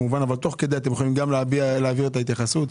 אבל תוך כדי תוכלו להעביר את ההתייחסות.